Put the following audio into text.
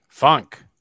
Funk